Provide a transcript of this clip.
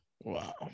Wow